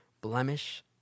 blemish